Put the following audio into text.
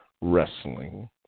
Wrestling